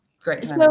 great